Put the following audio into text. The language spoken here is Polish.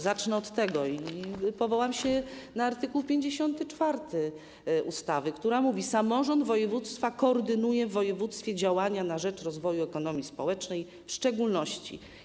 Zacznę od tego i powołam się na art. 54 ustawy, który mówi: Samorząd województwa koordynuje w województwie działania na rzecz rozwoju ekonomii społecznej, w szczególności.